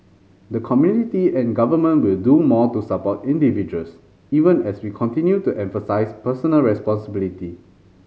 the community and government will do more to support individuals even as we continue to emphasise personal responsibility